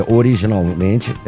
originalmente